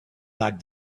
back